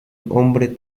hombre